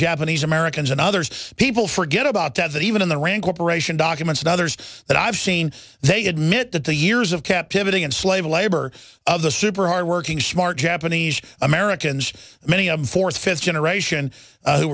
japanese americans and others people forget about that that even in the rand corporation documents and others that i've seen they admit that the years of captivity and slave labor of the super hard working smart japanese americans many of the fourth fifth generation who